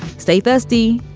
stay sd